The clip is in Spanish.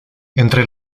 entre